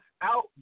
out